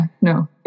no